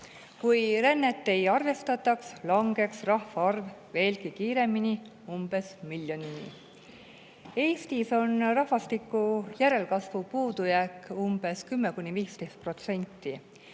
Kui rännet ei arvestataks, langeks rahvaarv veelgi kiiremini umbes miljonini. Eestis on rahvastiku järelkasvu puudujääk umbes 10–15%.